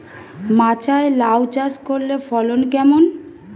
মাচায় লাউ চাষ করলে ফলন কেমন?